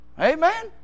Amen